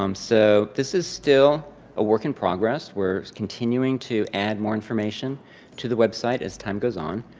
um so, this is still a work in progress, where it's continuing to add more information to the website as time goes on.